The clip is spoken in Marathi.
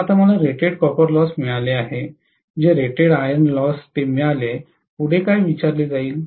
तर आता मला रेटेड कॉपर लॉसेस मिळाले आहे जे रेटेड आयरन लॉस ते मिळाले आहे पुढे काय विचारले जाईल